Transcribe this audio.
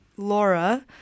Laura